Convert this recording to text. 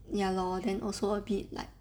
ya lor then also a bit like